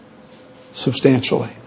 Substantially